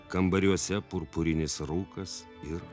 kambariuose purpurinis rūkas ir